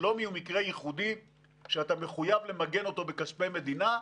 ושלומי הוא מקרה ייחודי שאתה מחויב למגן אותו בכספי מדינה.